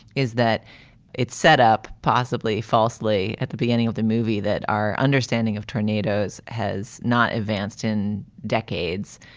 is that it's setup possibly falsely at the beginning of the movie, that our understanding of tornadoes has not advanced in decades.